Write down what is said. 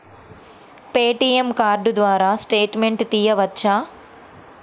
ATM card ద్వారా statement తీయవచ్చా?